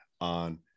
on